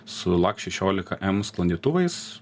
su lak šešiolika m sklandytuvais